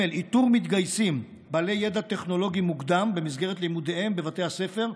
איתור מתגייסים בעלי ידע טכנולוגי מוקדם במסגרת לימודיהם בבתי הספר,